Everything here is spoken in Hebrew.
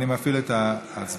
אני מפעיל את ההצבעה.